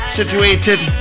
situated